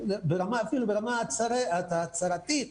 ברמה ההצהרתית,